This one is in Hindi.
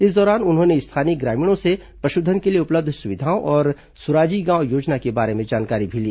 इस दौरान उन्होंने स्थानीय ग्रामीणों से पशुधन के लिए उपलब्ध सुविधाओं और सुराजी गांव योजना के बारे में जानकारी ली